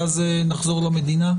ואז נחזור למדינה.